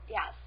Yes